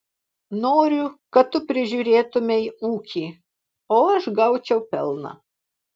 noriu kad tu prižiūrėtumei ūkį o aš gaučiau pelną